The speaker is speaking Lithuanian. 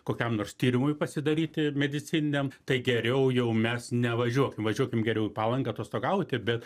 kokiam nors tyrimui pasidaryti medicininiam tai geriau jau mes nevažiuokim važiuokim geriau į palangą atostogauti bet